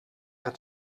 het